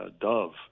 dove